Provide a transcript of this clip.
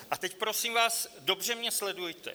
A teď, prosím vás, dobře mě sledujte.